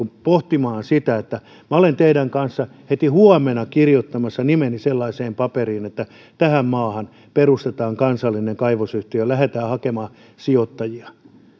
pohtimaan sitä minä olen teidän kanssanne heti huomenna kirjoittamassa nimeni sellaiseen paperiin että tähän maahan perustetaan kansallinen kaivosyhtiö ja lähdetään hakemaan sijoittajia